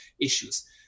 issues